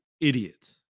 idiot